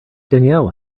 danielle